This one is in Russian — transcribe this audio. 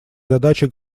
задачи